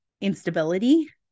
instability